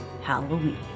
Halloween